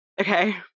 okay